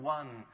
one